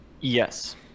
Yes